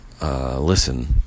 Listen